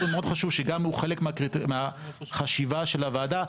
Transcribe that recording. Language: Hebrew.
מאוד חשוב שגם הוא חלק מהחשיבה של הוועדה,